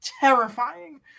terrifying